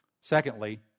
Secondly